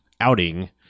outing